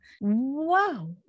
Wow